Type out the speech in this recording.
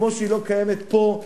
כמו שהיא לא קיימת פה,